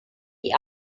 die